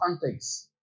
context